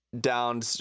down